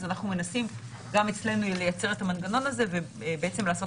אז אנחנו מנסים גם אצלנו לייצר את המנגנון הזה ובעצם לעשות